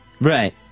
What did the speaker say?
Right